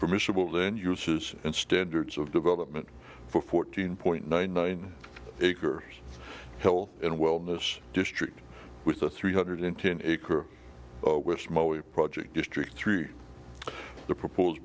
permissible then uses and standards of development for fourteen point nine nine acres health and wellness district with a three hundred ten acre project district three the propose